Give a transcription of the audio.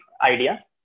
idea